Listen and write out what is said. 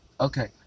Okay